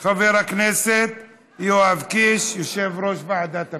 חבר הכנסת יואב קיש, יושב-ראש ועדת הפנים.